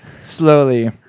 Slowly